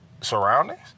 surroundings